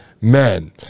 men